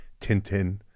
Tintin